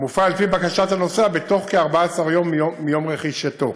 המופעל על פי בקשת הנוסע בתוך כ-14 יום מיום רכישתו.